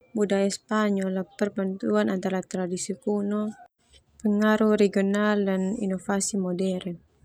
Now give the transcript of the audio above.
Budaya Spanyol ah perpaduan antara tradisi kuno, pengaruh ragional, dan inovasi modern.